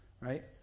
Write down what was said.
Right